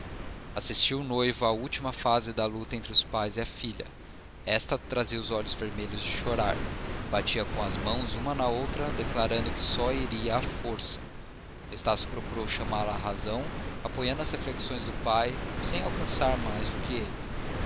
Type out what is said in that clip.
noivo à última fase da luta entre os pais e a filha esta trazia os olhos vermelhos de chorar batia com as mãos uma na outra declarando que só iria à força estácio procurou chamá-la à razão apoiando as reflexões do pai sem alcançar mais do que ele